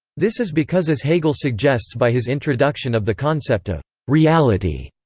this is because as hegel suggests by his introduction of the concept of reality,